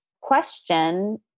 question